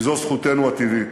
כי זו זכותנו הטבעית.